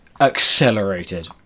accelerated